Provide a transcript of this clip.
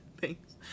Thanks